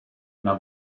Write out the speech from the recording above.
una